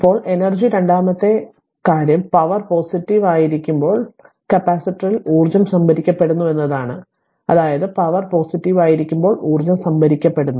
ഇപ്പോൾ എനർജി രണ്ടാമത്തെ കാര്യം പവർ പോസിറ്റീവ് ആയിരിക്കുമ്പോൾ കപ്പാസിറ്ററിൽ ഊർജ്ജം സംഭരിക്കപ്പെടുന്നു എന്നതാണ് അതായത് പവർ പോസിറ്റീവ് ആയിരിക്കുമ്പോൾ ഊർജ്ജം സംഭരിക്കപ്പെടുന്നു